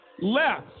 left